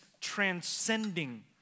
transcending